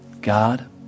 God